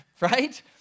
right